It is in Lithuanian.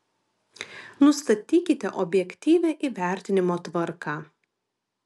nustatykite objektyvią įvertinimo tvarką